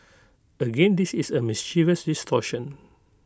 again this is A mischievous distortion